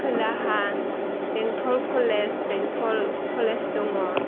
खोलाहा बेंटल कलेज दङ